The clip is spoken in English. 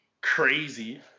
crazy